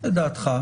לדעתך.